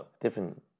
different